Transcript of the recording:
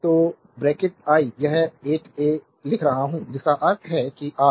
तो bracket I यह 8 a लिख रहा हूं जिसका अर्थ है कि आर